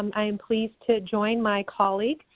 i am pleased to join my colleague,